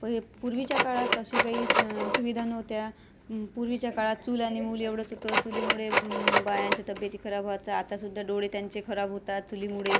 पहे पूर्वीच्या काळात असे काही सुविधा नव्हत्या पूर्वीच्या काळात चूल आणि मूल एवढंच होतं चुलीमुळे बायांच्या तब्येती खराब व्हायच्या आता सुद्धा डोळे त्यांचे खराब होतात चुलीमुळे